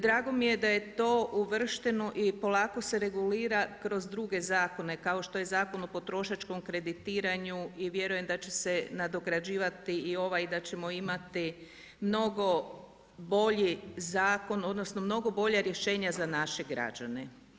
Drago mi je da je to uvršteno i polako se regulira kroz druge zakone kao što je Zakon o potrošačkom kreditiranju i vjerujem da će se nadograđivati i ovaj i da ćemo imati mnogo bolji zakon, odnosno mnogo bolja rješenja za naše građane.